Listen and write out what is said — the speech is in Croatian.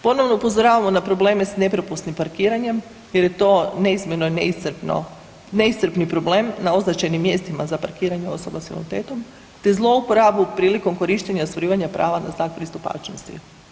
Ponovno upozoravamo na probleme s nepropisnim parkiranjem jer je to neizmjerno i neiscrpno, neiscrpni problem na označenim mjestima za parkiranje osoba s invaliditetom te zlouporabu prilikom korištenja ostvarivanja prava na znak pristupačnosti.